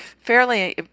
fairly